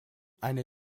eine